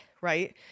right